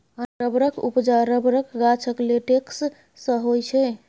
रबरक उपजा रबरक गाछक लेटेक्स सँ होइ छै